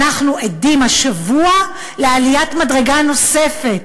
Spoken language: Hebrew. אנחנו עדים השבוע לעליית מדרגה נוספת.